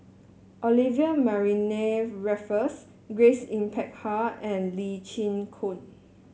Olivia Mariamne Raffles Grace Yin Peck Ha and Lee Chin Koon